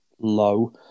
low